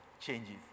changes